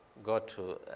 go to.